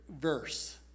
verse